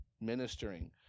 ministering